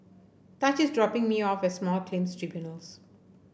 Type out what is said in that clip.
Taj is dropping me off at Small Claims Tribunals